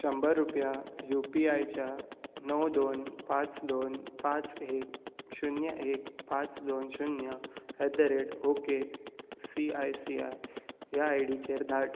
शंबर रुपया U P I च्या णव दोन पांच दोन पांच एक शुन्य एक पांच दोन शुन्य at rate ok I C I C I ह्या आय डी चेर धाड